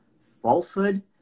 falsehood